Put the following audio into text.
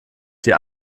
die